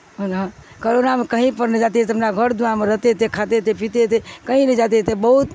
ہونا کرونا میں کہیں پر نہیں جاتے تھے اپنا گھر دوار میں رہتے تھے کھاتے تھے پیتے تھے کہیں نہیں جاتے تھے بہت